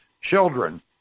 children